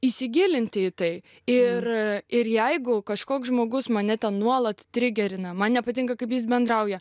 įsigilinti į tai ir ir jeigu kažkoks žmogus mane ten nuolat trigerina man nepatinka kaip jis bendrauja